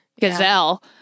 gazelle